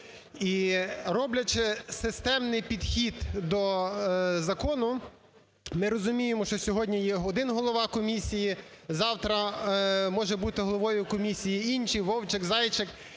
І, роблячи системний підхід до закону, ми розуміємо, що сьогодні є один голова комісії, завтра може бути головою комісії і інші: вовчик, зайчик